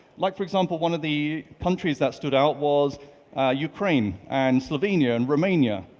like for example one of the countries that stood out was ukraine and slovenia and romania.